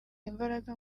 imbaraga